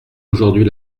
aujourd’hui